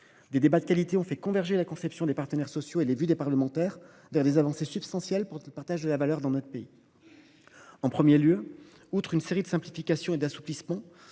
Les débats, de qualité, ont fait converger la conception des partenaires sociaux et les vues des parlementaires vers des avancées substantielles pour le partage de la valeur dans notre pays. En premier lieu, outre une série de simplifications et d’assouplissements,